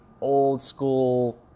old-school